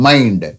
Mind